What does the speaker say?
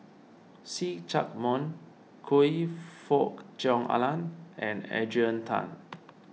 See Chak Mun Choe Fook Cheong Alan and Adrian Tan